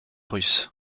russes